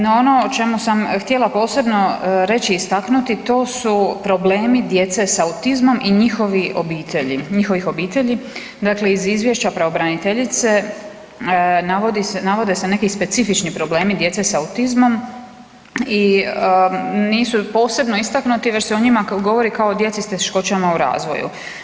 Na ono o čemu sam htjela posebno reći i istaknuti, to su problemi djece s autizmom i njihovih obitelji, dakle iz izvješća pravobraniteljice, navode se neki specifični problemi djece s autizmom i nisu posebno istaknuti već se o njima govori kao djeci s teškoćama u razvoju.